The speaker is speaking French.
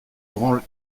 branle